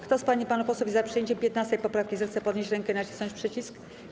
Kto z pań i panów posłów jest za przyjęciem 15. poprawki, zechce podnieść rękę i nacisnąć przycisk.